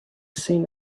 seen